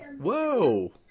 Whoa